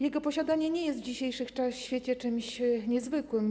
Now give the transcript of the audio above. Jego posiadanie nie jest w dzisiejszym świecie czymś niezwykłym.